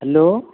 hello